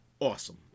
awesome